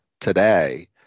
today